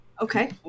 Okay